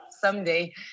Someday